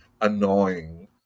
annoying